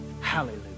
Hallelujah